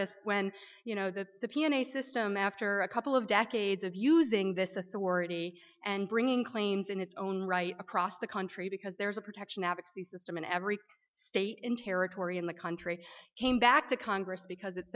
this when you know that the p s a system after a couple of decades of using this authority and bringing planes in it's own right across the country because there's a protection advocacy system in every state in territory in the country came back to congress because it